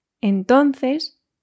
Entonces